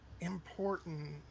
important